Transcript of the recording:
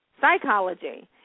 psychology